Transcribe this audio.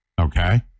Okay